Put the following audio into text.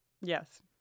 Yes